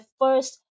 first